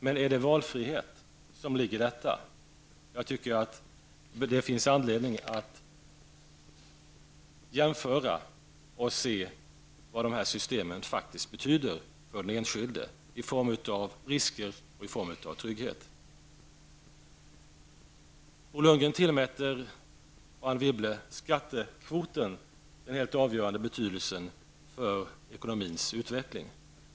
Men är det valfrihet som ligger i det? Jag tycker att det finns anledning att jämföra och se vad systemen faktiskt betyder för den enskilde i form av risker och trygghet. Bo Lundgren och Anne Wibble tillmäter skattekvoten den helt avgörande betydelsen för den ekonomins utveckling.